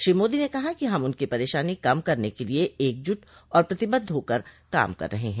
श्री मोदी ने कहा कि हम उनकी परेशानी कम करने के लिए एकजुट और प्रतिबद्ध होकर काम कर रहे हैं